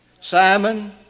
Simon